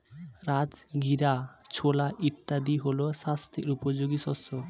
রাজগীরা, ছোলা ইত্যাদি হল স্বাস্থ্য উপযোগী শস্য